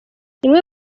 imwe